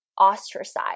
ostracized